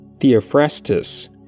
Theophrastus